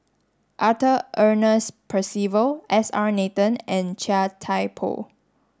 Arthur Ernest Percival S R Nathan and Chia Thye Poh